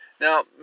Now